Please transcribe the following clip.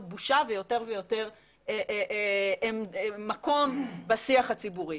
בושה ויותר ויותר מקום בשיח הציבורי.